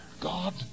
God